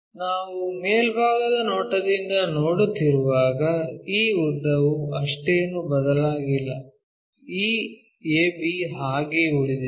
ನಾವು ಮೇಲ್ಭಾಗದ ನೋಟದಿಂದ ನೋಡುತ್ತಿರುವಾಗ ಈ ಉದ್ದವು ಅಷ್ಟೇನೂ ಬದಲಾಗಿಲ್ಲ ಈ AB ಹಾಗೇ ಉಳಿದಿದೆ